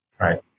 right